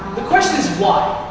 the question is why.